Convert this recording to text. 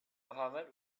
mohammad